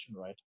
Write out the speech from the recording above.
right